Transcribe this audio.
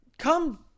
Come